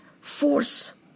force